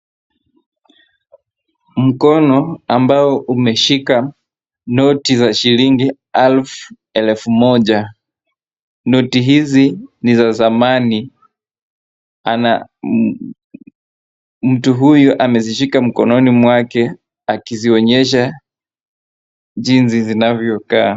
Mkono ambayo umeshika noti za shilingi elfu moja. Noti hizi ni za zamani. Mtu huyu amezishika mkononi mwake akizionyesha jinsi zinavyokaa.